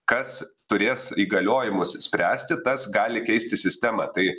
kas turės įgaliojimus spręsti tas gali keisti sistemą tai